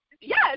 yes